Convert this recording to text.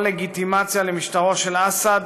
כל לגיטימציה למשטרו של אסד